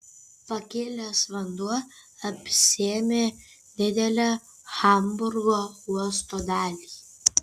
pakilęs vanduo apsėmė didelę hamburgo uosto dalį